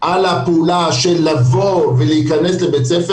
על הפעולה של לבוא ולהכנס לבית הספר,